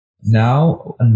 Now